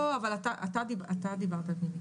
לא, אבל אתה דיברת על פנימית.